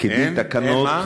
כדין תקנות.